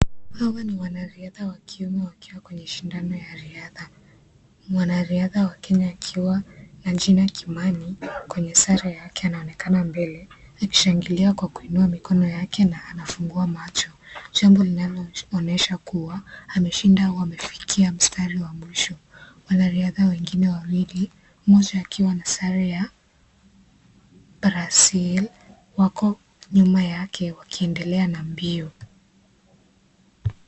Hawa ni wanariadha wa kiume wakiwa kwenye shindano ya riadha. Mwanariadha wa Kenya akiwa na jina Kimani ,kwenye sare yake anaonekana mbele, akishangilia kwa kuinua mikono yake na anafungua macho. Jambo linaonyesha kuwa ameshinda au amefikia mstari wa mwisho. Mwanariadha wengine wawili, mmoja akiwa na sare ya Brazil wako nyuma yake wakiendelea na mbio.